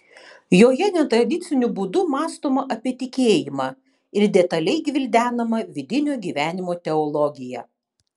joje netradiciniu būdu mąstoma apie tikėjimą ir detaliai gvildenama vidinio gyvenimo teologija